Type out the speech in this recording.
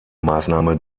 maßnahme